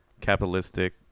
capitalistic